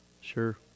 Sure